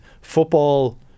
football